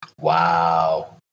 Wow